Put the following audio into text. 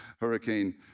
Hurricane